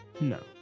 No